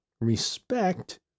respect